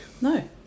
No